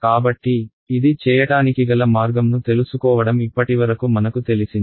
కాబట్టి ఇది చేయటానికిగల మార్గంను తెలుసుకోవడం ఇప్పటివరకు మనకు తెలిసింది